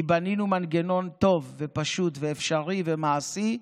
כי בנינו מנגנון טוב ופשוט ואפשרי ומעשי,